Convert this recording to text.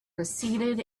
receded